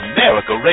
America